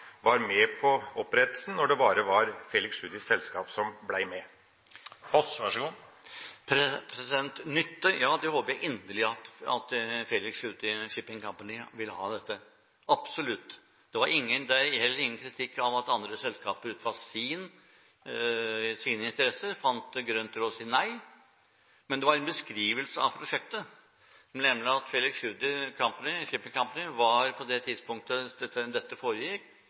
var det en kritikk mot at Utenriksdepartementet var med på opprettelsen når det bare var Felix Tschudis selskap som ble med? Nytte – ja, det håper jeg inderlig at Tschudi Shipping Company vil ha av dette, absolutt. Det er heller ingen kritikk av at andre selskaper ut fra sine interesser fant grunn til å si nei. Men det var en beskrivelse av prosjektet, nemlig at Tschudi Shipping Company på det tidspunktet da dette foregikk,